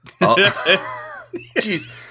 Jeez